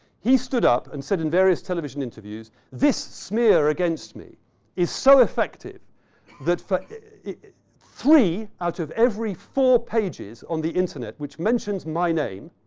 he stood up and said in various television interviews, this smear against me is so effective that three out of every four pages on the internet which mentions my name,